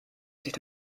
sich